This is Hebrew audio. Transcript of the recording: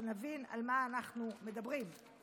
שנבין על מה אנחנו מדברים.